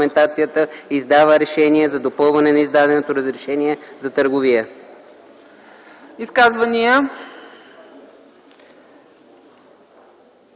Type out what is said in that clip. издава решение за допълване на издаденото разрешение за търговия.”